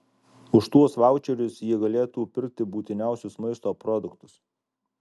už tuos vaučerius jie galėtų pirkti būtiniausius maisto produktus